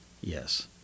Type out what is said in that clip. Yes